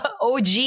OG